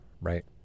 right